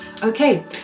Okay